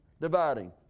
dividing